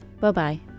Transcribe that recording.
Bye-bye